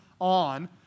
on